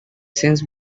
since